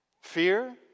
Fear